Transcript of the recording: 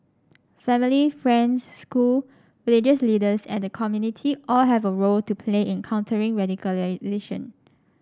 family friends school religious leaders and the community all have a role to play in countering radicalisation